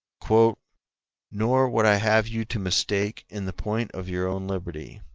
l nor would i have you to mistake in the point of your own liberty.